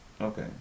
okay